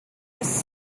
has